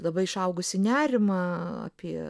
labai išaugusį nerimą apie